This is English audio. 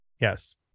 yes